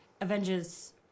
Avengers